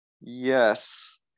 yes